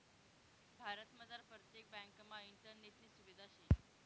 भारतमझार परतेक ब्यांकमा इंटरनेटनी सुविधा शे